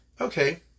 Okay